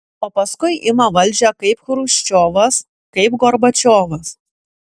o paskui ima valdžią kaip chruščiovas kaip gorbačiovas